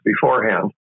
beforehand